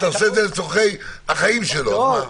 ודאי,